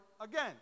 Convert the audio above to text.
again